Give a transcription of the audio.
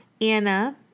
Anna